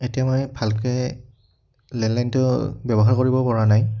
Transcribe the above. এতিয়া মই ভালকৈ লেণ্ডলাইনটো ব্যৱহাৰ কৰিবপৰা নাই